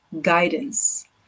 guidance